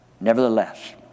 Nevertheless